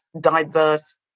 diverse